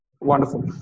Wonderful